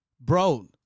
Bro